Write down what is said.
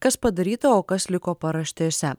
kas padaryta o kas liko paraštėse